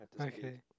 Okay